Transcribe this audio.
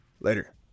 Later